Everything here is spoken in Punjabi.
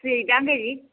ਠੀਕ ਆ ਦੀਦੀ